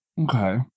Okay